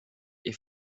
est